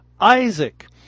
isaac